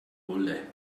wolle